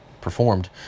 performed